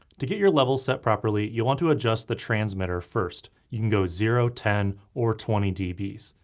to get your level set properly, you want to adjust the transmitter first. you can go zero, ten, or twenty dbs.